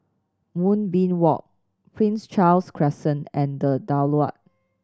Moonbeam Walk Prince Charles Crescent and The Daulat